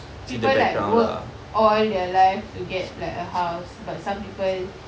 people like work all their life to get like a house but some people